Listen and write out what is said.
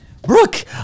Brooke